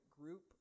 group